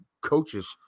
coaches